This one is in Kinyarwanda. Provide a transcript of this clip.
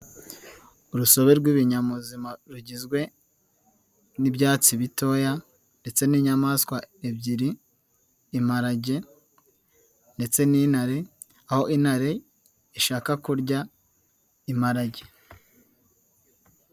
Urusobe rw'ibinyabuzima rugizwe n'ibyatsi bitoya ndetse n'inyamaswa ebyiri, imparage ndetse n'intare, aho intare ishaka kurya imparage.